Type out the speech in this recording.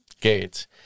gates